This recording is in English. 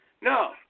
No